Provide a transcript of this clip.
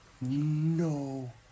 No